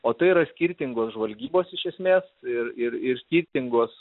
o tai yra skirtingos žvalgybos iš esmės ir ir ir skirtingos